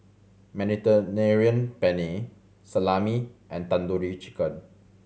Mediterranean Penne Salami and Tandoori Chicken